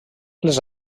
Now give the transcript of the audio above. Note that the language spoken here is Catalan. les